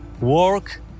work